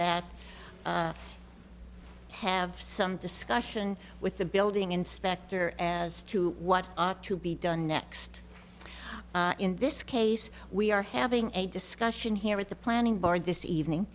that have some discussion with the building inspector as to what ought to be done next in this case we are having a discussion here at the planning board this evening